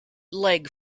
leg